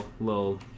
little